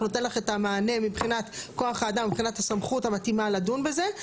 נותן לך את המענה מבחינת כוח האדם ומבחינת הסמכות המתאימה לדון בזה,